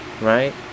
right